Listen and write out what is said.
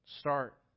start